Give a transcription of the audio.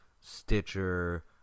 Stitcher